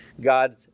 God